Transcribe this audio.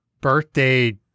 birthday